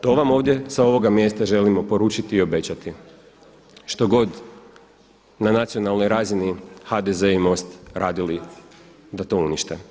To vam ovdje sa ovoga mjesta želimo poručiti i obećati što god na nacionalnoj razini HDZ i MOST radili da to unište.